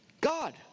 God